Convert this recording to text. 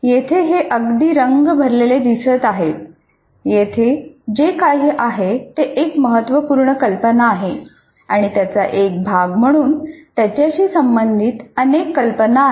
येथे हे अगदी रंग भरलेले दिसत आहे येथे जे काही आहे ती एक महत्त्वपूर्ण कल्पना आहे आणि त्याचा एक भाग म्हणून त्याच्याशी संबंधित अनेक कल्पना आहेत